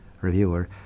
reviewer